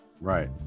right